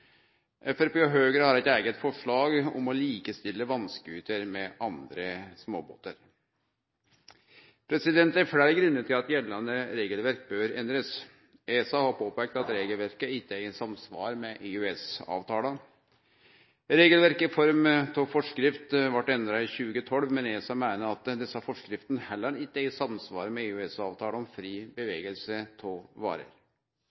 og Høgre har eit eige forslag om å likestille vass-scooter med andre småbåtar. Det er fleire grunnar til at gjeldande regelverk bør endrast. ESA har påpeikt at regelverket ikkje er i samsvar med EØS-avtala. Regelverket i form av forskrift blei endra i 2012, men ESA meiner at desse forskriftene heller ikkje er i samsvar med EØS-avtala om fri bevegelse av varer.